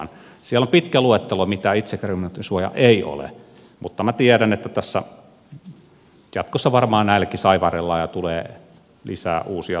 siellä on pitkä luettelo mitä itsekriminointisuoja ei ole mutta minä tiedän että tässä jatkossa varmaan näillekin saivarrellaan ja tulee lisää uusia tulkintoja